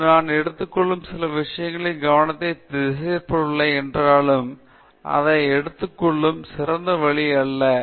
எனவே இது நான் எடுத்துக் கொள்ளும் சில விஷயங்களில் கவனத்தை திசை திருப்பவில்லை என்றாலும் அதை எடுத்துக்கொள்ளும் சிறந்த வழி அல்ல